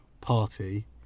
party